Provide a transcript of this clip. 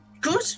good